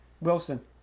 Wilson